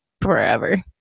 forever